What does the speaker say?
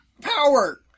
power